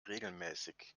regelmäßig